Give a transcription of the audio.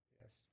Yes